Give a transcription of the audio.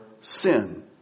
sin